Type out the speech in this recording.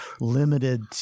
limited